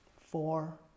four